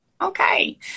Okay